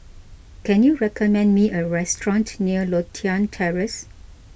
can you recommend me a restaurant near Lothian Terrace